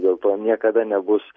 dėl to niekada nebus